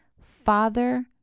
Father